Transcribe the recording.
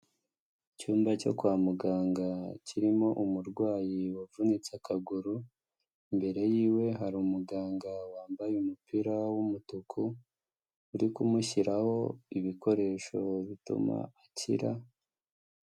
Icyumba cyo kwa muganga kirimo umurwayi wavunitse akaguru, imbere yiwe hari umuganga wambaye umupira w'umutuku, uri kumushyiraho ibikoresho bituma akira.